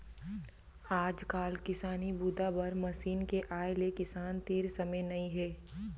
आजकाल किसानी बूता बर मसीन के आए ले किसान तीर समे नइ हे